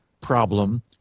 problem